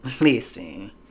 Listen